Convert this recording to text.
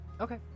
Okay